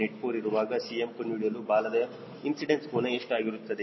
0784 ಇರುವಾಗ Cm ಕಂಡುಹಿಡಿಯಲು ಬಾಲದ ಇನ್ಸಿಡೆನ್ಸ್ ಕೋನ ಎಷ್ಟು ಆಗಿರುತ್ತದೆ